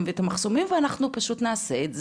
ואת המחסומים ואנחנו פשוט נעשה את זה.